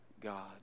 God